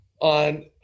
on